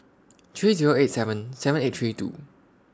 three Zero eight seven seven eight three two